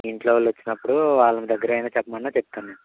ఇంట్లో వాళ్ళు వచ్చినప్పుడు వాళ్ళ దగ్గర అయినా చెప్పమన్నా చెప్తాను నేను